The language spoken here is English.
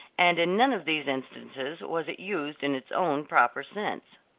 and in none of these instances was it used in its own proper sense.